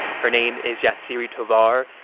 her name is yatziri tovar.